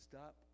Stop